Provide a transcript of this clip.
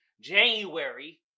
January